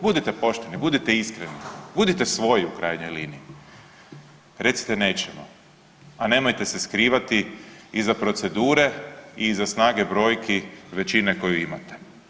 Budite pošteni, budite iskreni, budite svoji u krajnjoj liniji recite nećemo, a nemojte se skrivati iza procedure i iza snage brojki većine koju imate.